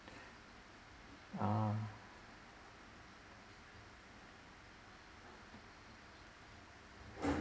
ah